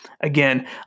Again